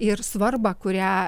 ir svarbą kurią